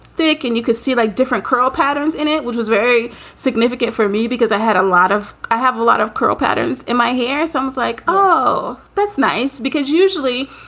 thick. and you could see, like, different curl patterns in it, which was very significant for me because i had a um lot of i have a lot of curl patterns in my hair. so i was like, oh, that's nice. because usually